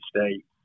State